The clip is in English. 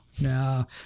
no